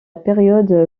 période